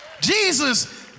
Jesus